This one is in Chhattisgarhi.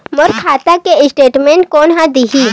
मोर खाता के स्टेटमेंट कोन ह देही?